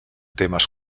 temes